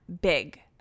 big